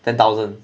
ten thousand